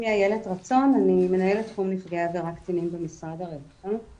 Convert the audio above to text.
שמי איילת רצון אני מנהלת תחום נפגעי עבירה קטינים במשרד הרווחה,